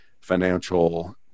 financial